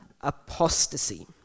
apostasy